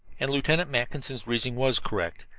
and lieutenant mackinson's reasoning was correct.